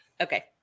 Okay